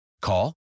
Call